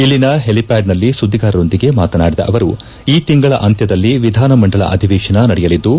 ಇಲ್ಲಿನ ಹೆಲಿಪ್ಯಾಡ್ನಲ್ಲಿ ಸುದ್ದಿಗಾರರೊಂದಿಗೆ ಮಾತನಾಡಿದ ಅವರು ಈ ತಿಂಗಳ ಅಂತ್ಯದಲ್ಲಿ ವಿಧಾನಮಂದಲ ಅಧಿವೇಶನ ನಡೆಯಲಿದ್ದು